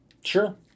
sure